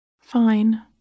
Fine